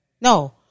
No